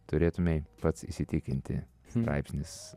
turėtumei pats įsitikinti straipsnis